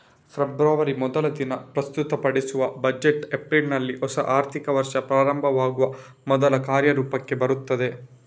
February ಮೊದಲ ದಿನ ಪ್ರಸ್ತುತಪಡಿಸುವ ಬಜೆಟ್ ಏಪ್ರಿಲಿನಲ್ಲಿ ಹೊಸ ಆರ್ಥಿಕ ವರ್ಷ ಪ್ರಾರಂಭವಾಗುವ ಮೊದ್ಲು ಕಾರ್ಯರೂಪಕ್ಕೆ ಬರ್ತದೆ